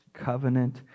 covenant